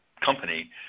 company